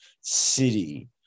city